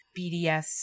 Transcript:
bds